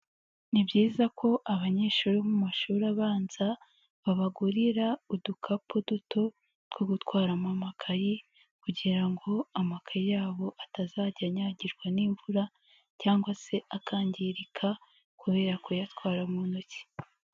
Ni byiza ko abanyeshuri bo mu mashuri abanza babagurira udukapu duto two gutwaramo amakayi kugira ngo amakaye yabo atazajya anyagirwa n'imvura cyangwa se akangirika kubera kuyatwara mu ntoki.